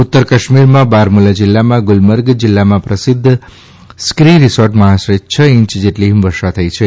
ઉત્તર કાશ્મીરમાં બારમુલા જિલ્લામાં ગુલબર્ગ જિલ્લામાં પ્રસિદ્ધ સ્કી રિસોર્ટમાં આશરે છ ઇંસ જેટલી હિમવર્ષા થઇ છે